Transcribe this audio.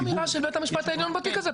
אמירה של בית המשפט העליון בתיק הזה,